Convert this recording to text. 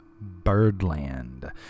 Birdland